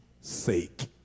sake